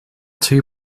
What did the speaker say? two